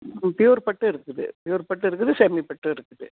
pure பட்டு இருக்குது pure பட்டும் இருக்குது செமி பட்டும் இருக்குது